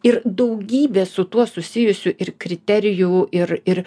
ir daugybė su tuo susijusių ir kriterijų ir ir